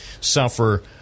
suffer